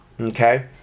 okay